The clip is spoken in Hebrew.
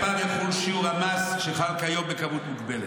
שלגביו יחול שיעור המס שחל כיום בכמות מוגבלת.